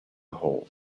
hole